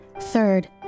Third